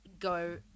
go